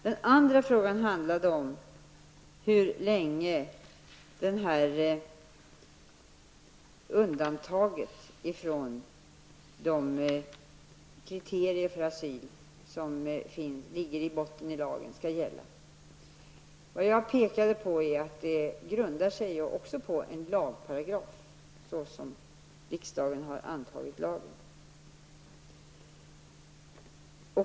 Den andra frågan handlar om hur länge undantaget från de kriterier för asyl som ligger i botten i lagen skall gälla. Jag har pekat på att också det grundar sig på en lagparagraf som riksdagen har antagit.